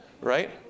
right